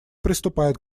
приступает